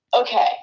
okay